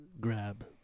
grab